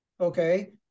okay